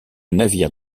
navire